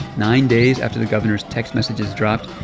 nine days after the governor's text messages dropped,